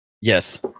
Yes